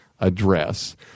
address